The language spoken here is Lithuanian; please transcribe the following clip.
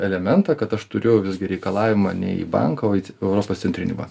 elementą kad aš turiu visgi reikalavimą ne į banką o į europos centrinį banką